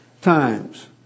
times